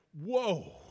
whoa